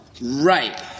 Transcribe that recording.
Right